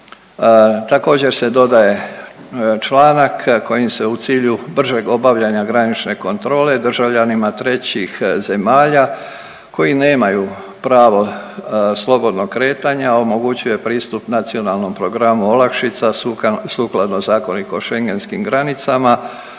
Također se dodaje članak kojim se u cilju bržeg obavljanja granične kontrole državljanima trećih zemalja koji nemaju pravo slobodnog kretanja omogućuje pristup Nacionalnom programu olakšica sukladno Zakoniku o Schengenskim granicama